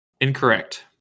Incorrect